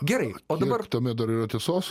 gerai o dabar tuomet dar yra tiesos